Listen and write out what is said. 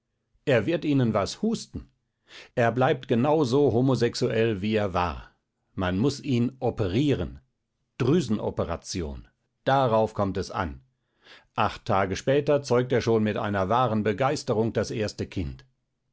er wird ihnen was husten er bleibt genau so homosexuell wie er war man muß ihn operieren drüsenoperation darauf kommt es an acht tage später zeugt er schon mit einer wahren begeisterung das erste kind